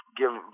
give